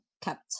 kept